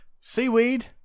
Seaweed